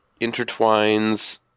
intertwines